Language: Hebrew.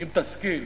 אם תסכים,